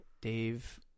Dave